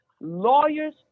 Lawyers